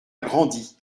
grandi